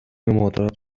مادرت